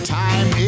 time